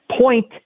point